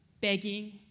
begging